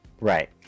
right